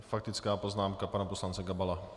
Faktická poznámka pana poslance Gabala.